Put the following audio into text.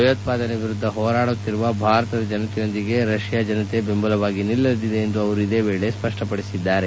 ಭಯೋತ್ವಾದನೆ ವಿರುದ್ದ ಹೋರಾಡುತ್ತಿರುವ ಭಾರತದ ಜನತೆಯೊಂದಿಗೆ ರಷ್ಯಾ ಬೆಂಬಲವಾಗಿ ನಿಲ್ಲಲಿದೆ ಎಂದು ಅವರು ಇದೇ ವೇಳೆ ಸ್ಪಷ್ಟಪಡಿಸಿದ್ದಾರೆ